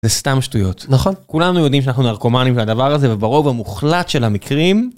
זה סתם שטויות. נכון. כולנו יודעים שאנחנו נרקומנים של דבר הזה, וברוב המוחלט של המקרים.